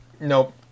Nope